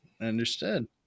Understood